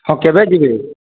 ହଁ କେବେ ଯିବେ